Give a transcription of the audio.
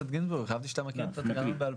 חשבתי שאתה מכיר את התקנון בעל